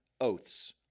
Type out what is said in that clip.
oaths